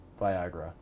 Viagra